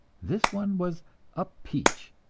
this one was a peach,